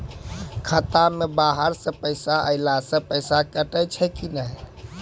खाता मे बाहर से पैसा ऐलो से पैसा कटै छै कि नै?